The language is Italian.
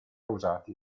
usati